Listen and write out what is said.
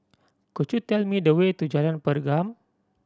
could you tell me the way to Jalan Pergam